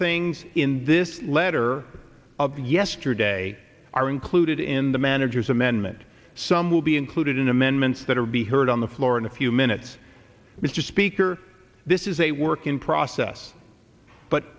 things in this letter of yesterday are included in the manager's amendment some will be included in amendments that are be heard on the floor in a few minutes mr speaker this is a work in process but